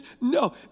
No